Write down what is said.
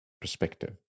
perspective